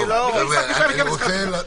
מקבל שכר טרחה.